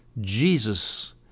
Jesus